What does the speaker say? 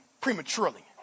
prematurely